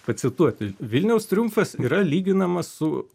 pacituoti vilniaus triumfas yra lyginamas su